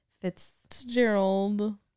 Fitzgerald